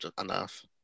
enough